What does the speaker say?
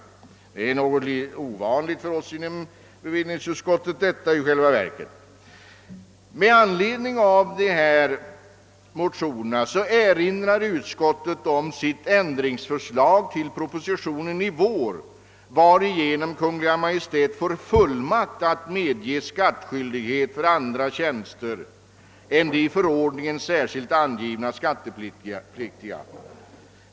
Sådana framställningar är i själva verket ovanliga för oss inom bevillningsutskottet. Med anledning av dessa motioner erinrar utskottet om sitt ändringsförslag till vårpropositionen, varigenom Kungl. Maj:t skulle få fullmakt att medge skattskyldighet för andra tjänster än de i förordningen särskilt angivna skattepliktiga.